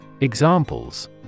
Examples